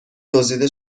دزدیده